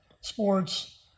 sports